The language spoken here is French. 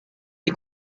les